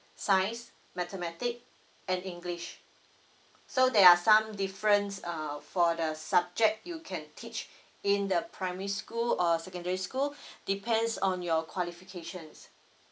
science mathematics and english so there are some difference err for the subject you can teach in the primary school or secondary school depends on your qualifications